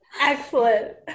excellent